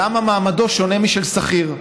למה מעמדו שונה משל שכיר?